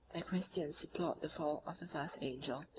the christians deplored the fall of the first angel,